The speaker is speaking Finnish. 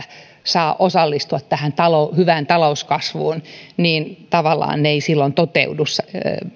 saa osallistua tähän hyvään talouskasvuun ne eivät tavallaan silloin